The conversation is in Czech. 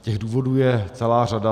Těch důvodů je celá řada.